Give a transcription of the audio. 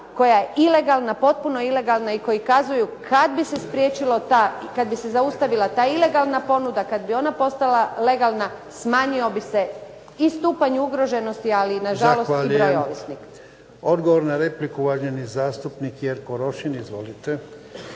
koja je ilegalna, potpuna ilegalna i koji kazuju kad bi se zaustavila ta ilegalna ponuda, kad bi ona postala legalna smanjio bi se i stupanj ugroženosti ali i nažalost i broj ovisnika. **Jarnjak, Ivan (HDZ)** Zahvaljujem. Odgovor na repliku uvaženi zastupnik Jerko Rošin. Izvolite.